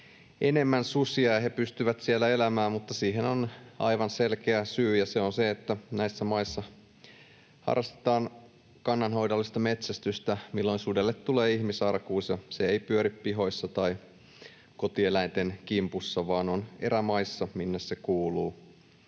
enemmän susia ja ne pystyvät siellä elämään. Siihen on aivan selkeä syy, ja se on se, että näissä maissa harrastetaan kannanhoidollista metsästystä, jolloin sudelle tulee ihmisarkuus ja se ei pyöri pihoissa tai kotieläinten kimpussa vaan on erämaissa, minne se kuuluu.